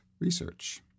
Research